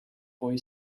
boy